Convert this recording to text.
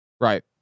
right